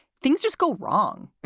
things just go wrong.